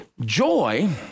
Joy